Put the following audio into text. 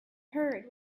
heard